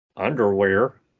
underwear